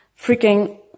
freaking